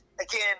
again